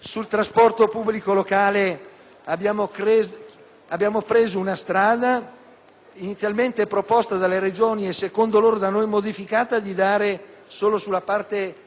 abbiamo seguito la strada, inizialmente proposta dalle Regioni e accogliendo le loro indicazioni da noi modificata, di dare solo sulla parte strutturale, quindi legata al conto capitale,